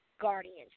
guardians